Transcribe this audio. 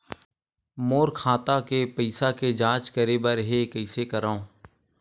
मोर खाता के पईसा के जांच करे बर हे, कइसे करंव?